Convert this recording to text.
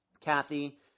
Kathy